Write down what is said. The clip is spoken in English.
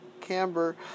camber